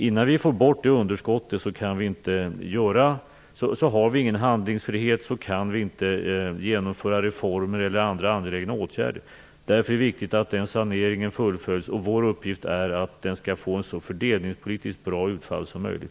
Innan vi får bort det underskottet har vi ingen handlingsfrihet och kan inte genomföra reformer eller andra angelägna åtgärder. Därför är det viktigt att den saneringen fullföljs. Vår uppgift att se till att den skall få ett fördelningspolitiskt så bra utfall som möjligt.